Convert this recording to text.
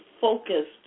focused